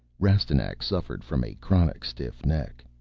rastignac suffered from a chronic stiff neck.